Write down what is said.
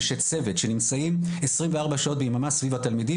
אנשי צוות שנמצאים 24 שעות ביממה סביב התלמידים,